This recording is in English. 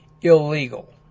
illegal